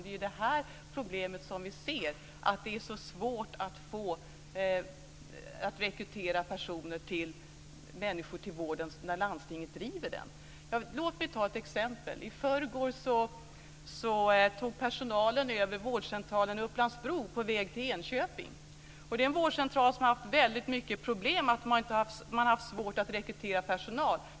Det är detta problem som vi ser, dvs. att det är så svårt att rekrytera människor till vården när landstinget driver den. Låt mig ta ett exempel. Upplands-Bro, vid vägen till Enköping. Det är en vårdcentral som har haft väldigt mycket problem, då det har varit svårt att rekrytera personal.